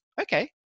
okay